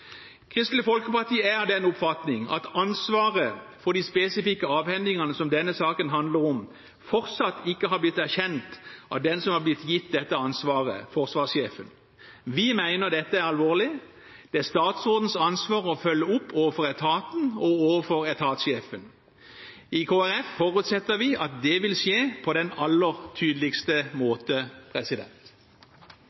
Kristelig Folkeparti er av den oppfatning at ansvaret for de spesifikke avhendingene som denne saken handler om, fortsatt ikke har blitt erkjent av den som har blitt gitt dette ansvaret: forsvarssjefen. Vi mener dette er alvorlig. Det er statsrådens ansvar å følge opp overfor etaten og overfor etatssjefen. I Kristelig Folkeparti forutsetter vi at det vil skje på den aller tydeligste